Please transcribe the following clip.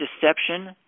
deception